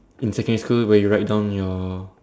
in secondary school where you write down your